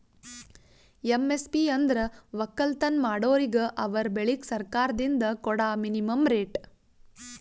MSP ಅಂದ್ರ ವಕ್ಕಲತನ್ ಮಾಡೋರಿಗ ಅವರ್ ಬೆಳಿಗ್ ಸರ್ಕಾರ್ದಿಂದ್ ಕೊಡಾ ಮಿನಿಮಂ ರೇಟ್